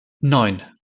neun